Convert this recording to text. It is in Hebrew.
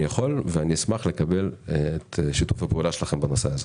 יכול ואני אשמח לקבל את שיתוף הפעולה שלכם בנושא הזה.